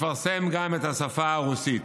לפרסם גם בשפה הרוסית.